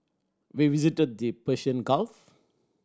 we visited the Persian Gulf